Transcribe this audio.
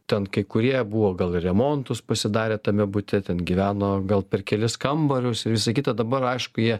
ten kai kurie buvo gal remontus pasidarę tame bute ten gyveno gal per kelis kambarius ir visa kita dabar aišku jie